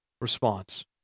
response